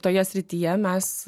toje srityje mes